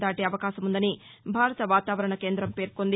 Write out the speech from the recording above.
దాటే అవకాశం ఉందని భారత వాతావరణ కేందం పేర్కొంది